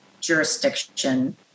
jurisdiction